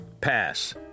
pass